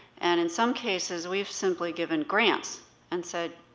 and in some cases, we've simply given grants and said,